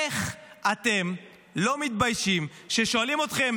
איך אתם לא מתביישים כששואלים אתכם: